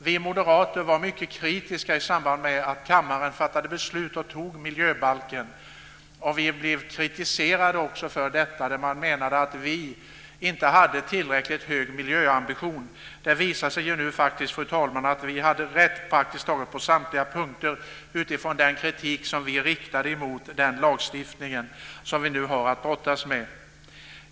Vi moderater var mycket kritiska i samband med att kammaren fattade beslut om och antog miljöbalken. Vi blev också kritiserade för detta, när man menade att vi inte hade tillräckligt hög miljöambition. Det visar sig nu, fru talman, att vi hade rätt på praktiskt taget samtliga punkter utifrån den kritik som vi riktade mot den lagstiftning som vi nu har att brottas med.